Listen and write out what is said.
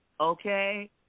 Okay